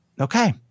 Okay